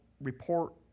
report